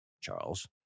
charles